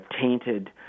tainted